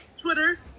Twitter